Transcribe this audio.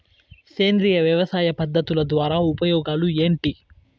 సేంద్రియ వ్యవసాయ పద్ధతుల ద్వారా ఉపయోగాలు ఏంటి?